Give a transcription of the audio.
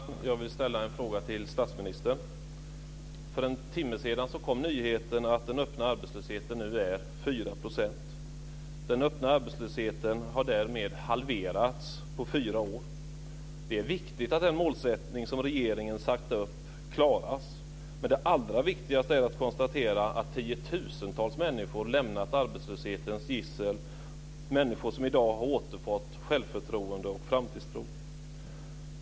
Fru talman! Jag vill ställa en fråga till statsministern. För en timme sedan kom nyheten att den öppna arbetslösheten nu är 4 %. Den öppna arbetslösheten har därmed halverats på fyra år. Det är viktigt att den målsättning som regeringen satt upp klaras. Men det allra viktigaste är att konstatera att tiotusentals människor lämnat arbetslöshetens gissel, människor som i dag har återfått självförtroende och framtidstro.